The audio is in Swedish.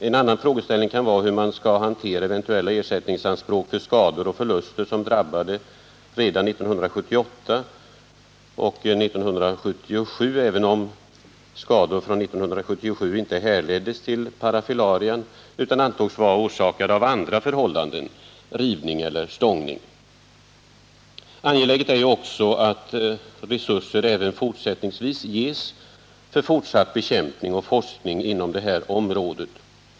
En annan frågeställning kan vara hur man skall hantera anspråk på ersättning för skador och förluster som drabbade jordbrukare redan 1978 och 1977 — även om skador från 1977 inte härleddes till parafilaria utan ansågs vara orsakade av andra förhållanden, t.ex. rivning eller stångning. Angeläget är också att resurser även fortsättningsvis ges för fortsatt bekämpning och forskning inom det här berörda området.